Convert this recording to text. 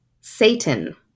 Satan